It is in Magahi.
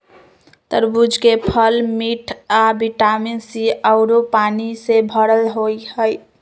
तरबूज के फल मिठ आ विटामिन सी आउरो पानी से भरल होई छई